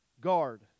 guard